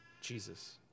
Jesus